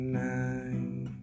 night